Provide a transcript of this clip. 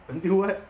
until what